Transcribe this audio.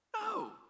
No